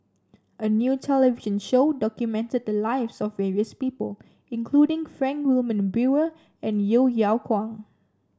a new television show documented the lives of various people including Frank Wilmin Brewer and Yeo Yeow Kwang